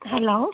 hello